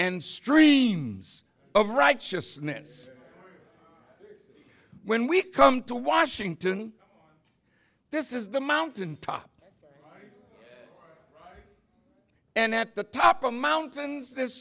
and streams of righteousness when we come to washington this is the mountain top and at the top of mountains th